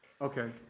Okay